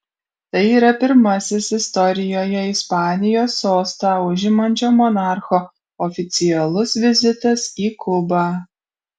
tai yra pirmasis istorijoje ispanijos sostą užimančio monarcho oficialus vizitas į kubą